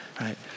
right